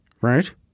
right